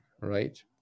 right